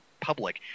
public